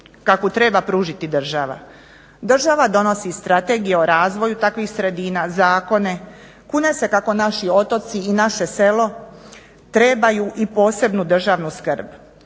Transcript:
koju treba pružiti država. Država donosi strategije o razvoju takvih sredina, zakone, kune se kako naši otoci i naše selo trebaju i posebnu državnu skrb